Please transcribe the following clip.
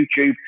YouTube